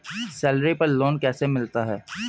Salary पर loan कैसे मिलता है?